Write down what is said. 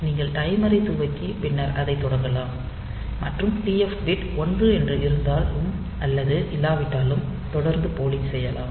நீங்கள் டைமரை துவக்கி பின்னர் அதைத் தொடங்கலாம் மற்றும் TF பிட் 1 என்று இருந்தாலும் அல்லது இல்லாவிட்டாலும் தொடர்ந்து போலிங் செய்யலாம்